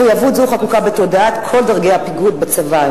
מחויבות זו חקוקה בתודעת כל דרגי הפיקוד בצבא.